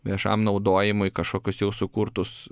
viešam naudojimui kažkokius jau sukurtus